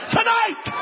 tonight